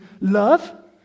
love